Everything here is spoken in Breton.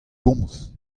komz